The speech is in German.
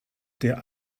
der